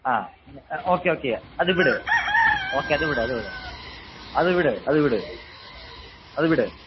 ആ okay okay അത് വിട് ഓക്കെ അത് വിട് അത് വിട് അത് വിട് അത് വിട് അത് വിട്